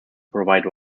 provide